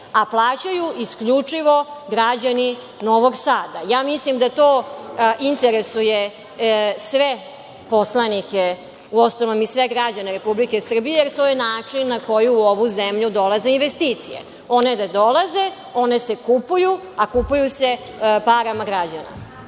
a plaćaju isključivo građani Novog Sada? Ja mislim da to interesuje sve poslanike, u ostalom i sve građane Republike Srbije, jer to je način na koji u ovu zemlju dolaze investicije. One da dolaze, one se kupuju, a kupuju se parama građana.